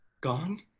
Gone